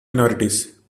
minorities